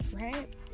right